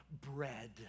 bread